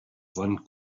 von